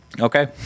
Okay